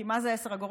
כי מה זה 10 אגורות,